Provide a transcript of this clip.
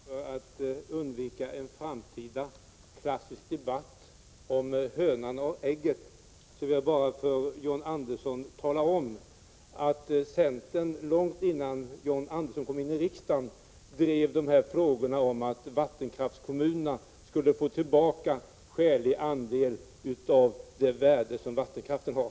Herr talman! För att undvika en framtida klassisk debatt om hönan och ägget vill jag bara tala om för John Andersson att centern långt innan John Andersson kom in i riksdagen drev kravet att vattenkraftskommunerna skulle få tillbaka skälig andel av det värde som vattenkraften har.